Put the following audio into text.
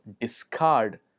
discard